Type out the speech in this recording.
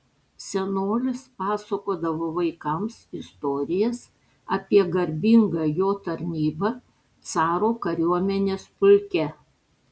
senolis pasakodavo vaikams istorijas apie garbingą jo tarnybą caro kariuomenės pulke